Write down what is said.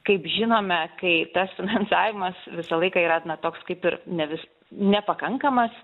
kaip žinome kai tas finansavimas visą laiką yra na toks kaip ir ne vis nepakankamas